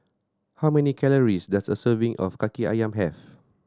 how many calories does a serving of Kaki Ayam have